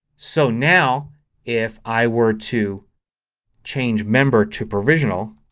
so now if i were to change member to provisional